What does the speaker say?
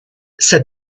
said